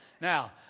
Now